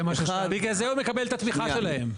בגלל זה הוא מקבל את התמיכה שלהם,